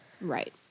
Right